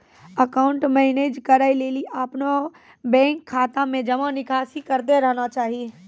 account manage करै लेली अपनो बैंक खाता मे जमा निकासी करतें रहना चाहि